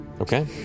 Okay